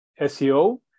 SEO